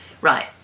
right